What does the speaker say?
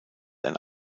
ein